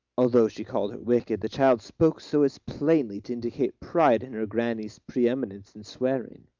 although she called her wicked, the child spoke so as plainly to indicate pride in her grannie's pre-eminence in swearing.